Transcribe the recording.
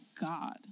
God